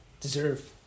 deserve